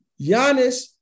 Giannis